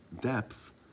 depth